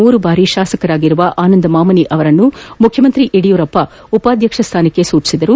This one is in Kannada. ಮೂರು ಬಾರಿ ಶಾಸಕರಾಗಿರುವ ಆನಂದ್ ಮಾಮನಿ ಅವರನ್ನು ಮುಖ್ಯಮಂತ್ರಿ ಯಡಿಯೂರಪ್ಪ ಉಪಾಧ್ವಕ್ಷ ಸ್ಥಾನಕ್ಕೆ ಸೂಚಿಸಿದರು